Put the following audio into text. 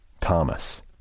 Thomas